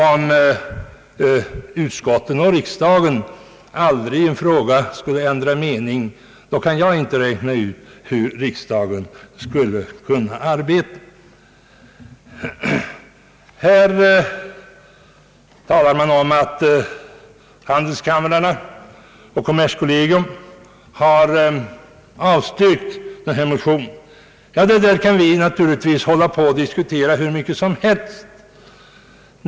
Om utskotten och riksdagen aldrig skulle ändra mening i en fråga kan inte jag räkna ut hur riksdagen skulle kunna arbeta. Här talas om att handelskamrarna och kommerskollegium har avstyrkt denna motion. Detta kan vi naturligtvis hålla på och diskutera hur länge som helst.